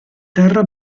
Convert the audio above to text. terra